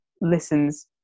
listens